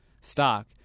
stock